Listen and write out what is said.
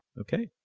okay,